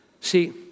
See